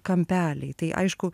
kampeliai tai aišku